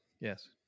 Yes